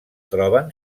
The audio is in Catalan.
troben